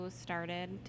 started